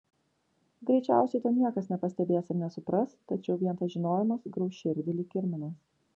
greičiausiai to niekas nepastebės ir nesupras tačiau vien tas žinojimas grauš širdį lyg kirminas